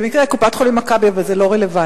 במקרה קופת-חולים "מכבי", אבל זה לא רלוונטי.